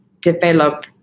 develop